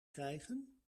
krijgen